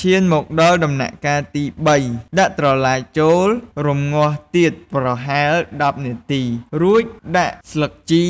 ឈានមកដល់ដំំណាក់កាលទី៣ដាក់ត្រឡាចចូល រម្ងាស់ទៀតប្រហែល ១០នាទី រួចដាក់ដាក់ស្លឹកជី